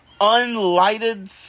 unlighted